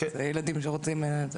השאיפה היא לא להגיע לזה.